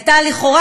הייתה לכאורה,